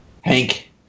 Hank